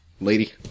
lady